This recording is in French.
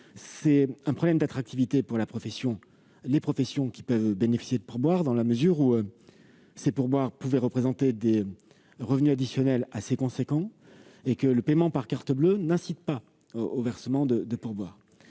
pose un problème d'attractivité pour les professions qui peuvent bénéficier de pourboires, puisque ceux-ci pouvaient représenter des revenus additionnels assez importants et que le paiement par carte bleue n'incite pas au versement d'un pourboire.